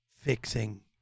fixing